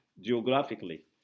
geographically